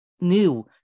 new